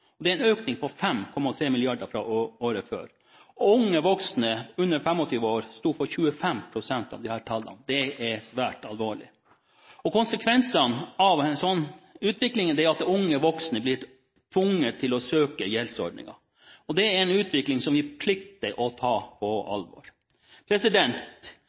en økning på 5,3 mrd. kr fra året før. Unge voksne under 25 år sto for 25 pst. av disse tallene. Det er svært alvorlig. Konsekvensene av en sånn utvikling er at unge voksne blir tvunget til å søke gjeldsordninger. Det er en utvikling som vi plikter å ta på